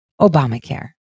Obamacare